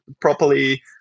properly